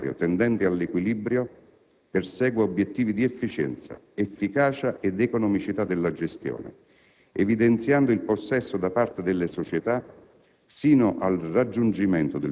il piano economico-finanziario, tendente all'equilibrio, persegua obiettivi di efficienza, efficacia ed economicità della gestione, evidenziando il possesso da parte delle società,